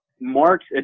Mark's